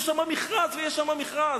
יש שם מכרז ויש שם מכרז.